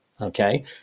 okay